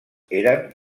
eren